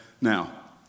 Now